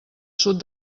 sud